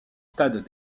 stades